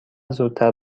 زودتر